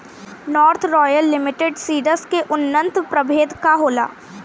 North royal limited seeds के उन्नत प्रभेद का होला?